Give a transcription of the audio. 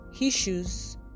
issues